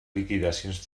liquidacions